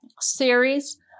series